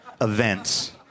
events